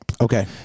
Okay